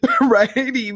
right